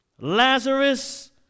Lazarus